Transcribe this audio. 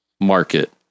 market